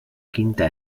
quinta